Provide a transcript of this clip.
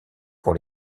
pour